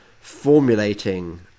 formulating